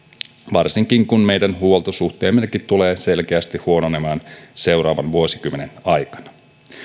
varsinkin kun meidän huoltosuhteemmekin tulee selkeästi huononemaan seuraavan vuosikymmenen aikana